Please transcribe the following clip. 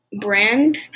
brand